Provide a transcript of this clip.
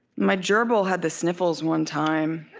my gerbil had the sniffles one time.